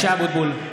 (קורא בשמות חברי הכנסת) משה אבוטבול,